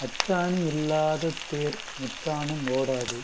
அச்சாணி இல்லாத தேர் முச்சாணும் ஓடாது